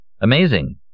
Amazing